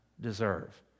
deserve